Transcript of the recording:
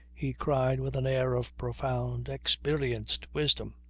he cried with an air of profound, experienced wisdom.